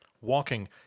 Walking